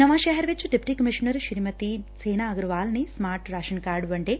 ਨਵਾਂ ਸ਼ਹਿਰ ਵਿਚ ਡਿਪਟੀ ਕਮਿਸ਼ਨਰ ਸ੍ਰੀਮਤੀ ਸ਼ੇਨਾ ਅਗਰਵਾਲ ਨੇ ਸਮਾਰਟ ਰਾਸ਼ਨ ਕਾਰਡ ਵੰਡੇ